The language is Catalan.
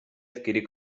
adquirir